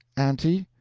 aunty,